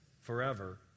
forever